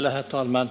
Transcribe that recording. Herr talman!